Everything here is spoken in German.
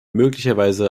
möglicherweise